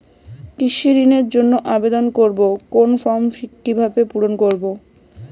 কৃষি ঋণের জন্য আবেদন করব কোন ফর্ম কিভাবে পূরণ করব?